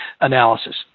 analysis